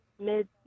mid